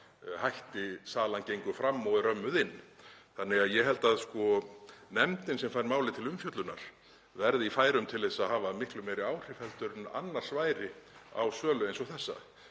hætti salan gengur fram og er römmuð inn. Ég held því að nefndin sem fær málið til umfjöllunar verði í færum til þess að hafa miklu meiri áhrif en annars væri á sölu eins og þessa,